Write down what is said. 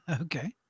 Okay